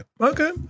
Okay